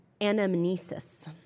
Anamnesis